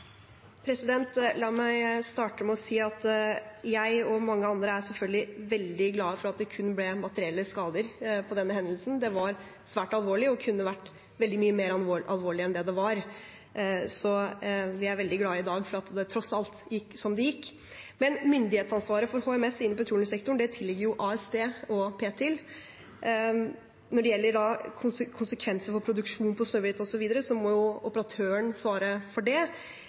La meg starte med å si at jeg og mange andre selvfølgelig er veldig glade for at det kun ble materielle skader i denne hendelsen. Det var svært alvorlig og kunne vært veldig mye mer alvorlig enn det det var, så vi er veldig glade i dag for at det tross alt gikk som det gikk. Myndighetsansvaret for HMS i petroleumssektoren tilligger jo ASD og Ptil. Når det gjelder konsekvenser for produksjonen på Snøhvit, osv., må operatøren svare for det.